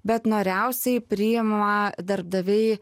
bet noriausiai priima darbdaviai